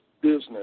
business